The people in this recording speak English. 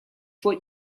what